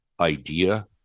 idea